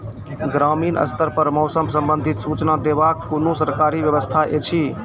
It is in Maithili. ग्रामीण स्तर पर मौसम संबंधित सूचना देवाक कुनू सरकारी व्यवस्था ऐछि?